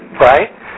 Right